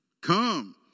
Come